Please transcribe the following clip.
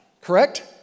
Correct